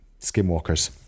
skinwalkers